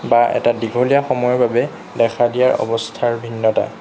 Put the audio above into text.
বা এটা দীঘলীয়া সময়ৰ বাবে দেখা দিয়া অৱস্থাৰ ভিন্নতা